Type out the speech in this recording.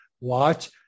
watch